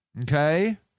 okay